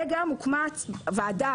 וגם הוקמה ועדה,